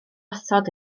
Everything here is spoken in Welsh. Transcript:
osod